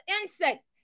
insects